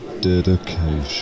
Dedication